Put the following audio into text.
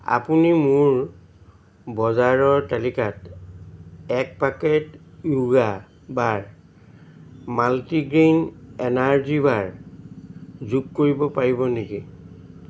আপুনি মোৰ বজাৰৰ তালিকাত এক packet Yoga bar multigrain energy bar যোগ কৰিব পাৰিব নেকি